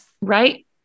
right